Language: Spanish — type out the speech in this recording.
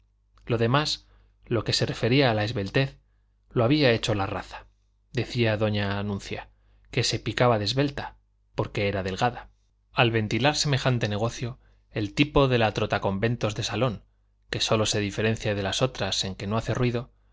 lo demás lo que se refería a la esbeltez lo había hecho la raza decía doña anuncia que se picaba de esbelta porque era delgada al ventilar semejante negocio el tipo de la trotaconventos de salón que sólo se diferencia de las otras en que no hace ruido